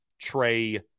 Trey